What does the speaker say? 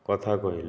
କଥା କହିଲେ